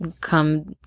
come